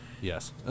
Yes